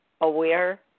aware